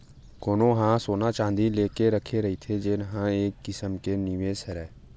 कोनो ह सोना चाँदी लेके रखे रहिथे जेन ह एक किसम के निवेस हरय